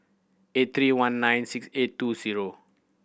eight three one nine six eight two zero